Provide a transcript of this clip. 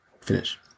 finish